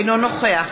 אינו נוכח